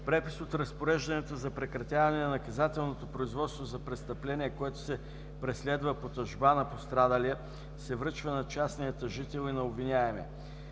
Препис от разпореждането за прекратяване на наказателното производство за престъпление, което се преследва по тъжба на пострадалия, се връчва на частния тъжител и на обвиняемия.